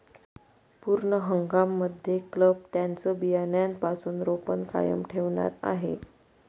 पूर्ण हंगाम मध्ये क्लब त्यांचं बियाण्यापासून रोपण कायम ठेवणार आहे